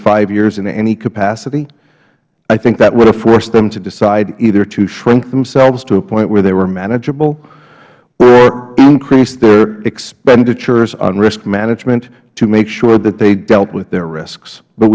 five years in any capacity i think that would have forced them to decide either to shrink themselves to a point where they were manageable or increase their expenditures on risk management to make sure that they dealt with their risks but